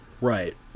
Right